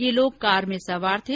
ये लोग कार में सवार थे